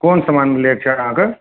कोन समान लै के अछि अहाँकेॅं